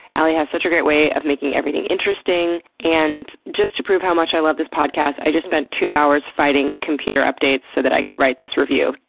alie has such a great way of making everything interesting. and just to prove how much i love this podcast, i just spent two hours fighting computer updates so that i could write this review,